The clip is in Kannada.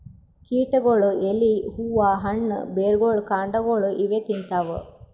ಕೀಟಗೊಳ್ ಎಲಿ ಹೂವಾ ಹಣ್ಣ್ ಬೆರ್ಗೊಳ್ ಕಾಂಡಾಗೊಳ್ ಇವೇ ತಿಂತವ್